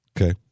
Okay